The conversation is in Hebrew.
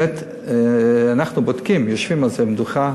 אנחנו בודקים ויושבים על המדוכה,